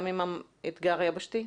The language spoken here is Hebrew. גם עם האתגר היבשתי?